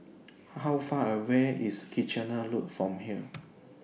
How Far away IS Kitchener Road from here